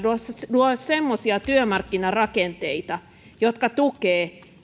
luoda semmoisia työmarkkinarakenteita jotka tukevat